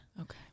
Okay